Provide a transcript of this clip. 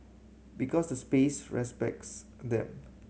because the space respects them